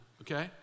okay